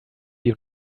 you